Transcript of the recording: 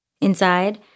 Inside